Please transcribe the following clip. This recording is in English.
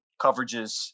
coverages